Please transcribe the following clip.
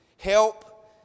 Help